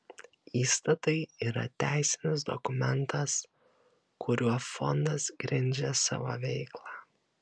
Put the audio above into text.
įstatai yra teisinis dokumentas kuriuo fondas grindžia savo veiklą